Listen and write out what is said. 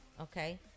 okay